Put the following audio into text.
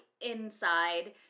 inside